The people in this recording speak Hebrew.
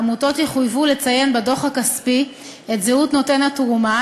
עמותות יחויבו לציין בדוח הכספי את זהות נותן התרומה,